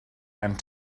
and